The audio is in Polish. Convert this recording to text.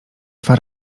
dwa